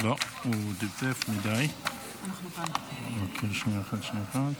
הכנסת, הנושא הבא